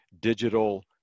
digital